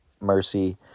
Mercy